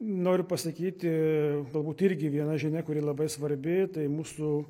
noriu pasakyti galbūt irgi viena žinia kuri labai svarbi tai mūsų